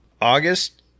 August